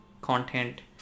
content